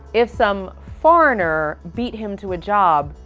if some foreigner beat him to a job,